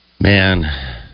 Man